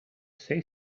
say